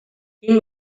kim